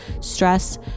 stress